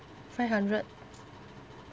five hundred